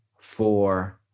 four